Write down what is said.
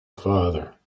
father